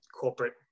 corporate